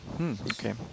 Okay